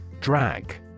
Drag